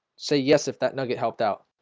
say yes if that nugget helped out